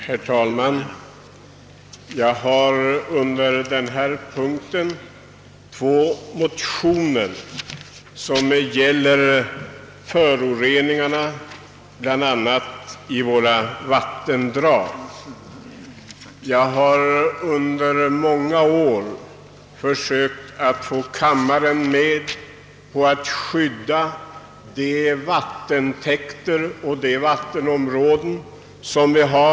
Herr talman! Under denna punkt behandlas två motioner som jag har väckt. De gäller föroreningarna i våra vattendrag. Under många år har jag försökt få kammaren med på att vidtaga åtgärder för att skydda vattentäkter och vattenområden i vårt land.